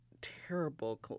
terrible